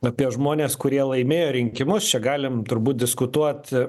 apie žmones kurie laimėjo rinkimus čia galim turbūt diskutuot